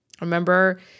Remember